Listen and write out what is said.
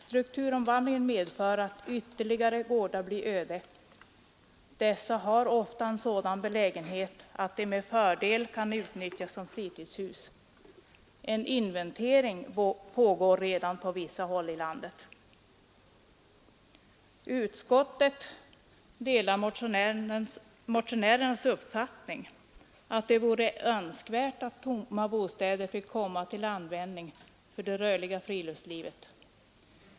Strukturomvandlingen medför att ytterligare gårdar blir öde. Dessa har ofta en sådan belägenhet att de med fördel kan utnyttjas som fritidshus. En inventering pågår redan på vissa håll i landet. Utskottet delar motionärernas uppfattning att det vore önskvärt att tomma bostäder fick komma till användning för det rörliga friluftslivet.